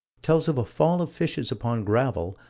tells of a fall of fishes upon gravel,